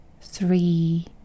three